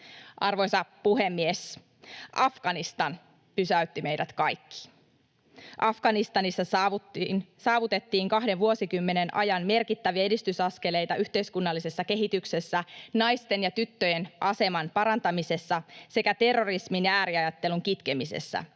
Arvoisa puhemies! Afganistan pysäytti meidät kaikki. Afganistanissa saavutettiin kahden vuosikymmenen ajan merkittäviä edistysaskeleita yhteiskunnallisessa kehityksessä, naisten ja tyttöjen aseman parantamisessa sekä terrorismin ja ääriajattelun kitkemisessä,